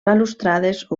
balustrades